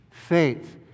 faith